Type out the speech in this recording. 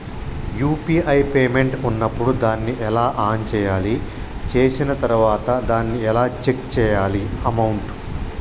UPI payment ఉన్నప్పుడు దాన్ని ఎలా ఆన్ చేయాలి? చేసిన తర్వాత దాన్ని ఎలా చెక్ చేయాలి అమౌంట్?